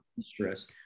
stress